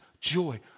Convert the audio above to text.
joy